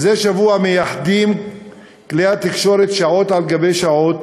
מזה שבוע מייחדים כלי התקשורת שעות על גבי שעות